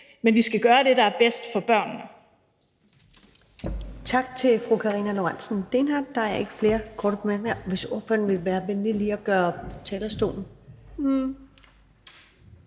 men vi skal gøre det, der er bedst for børnene.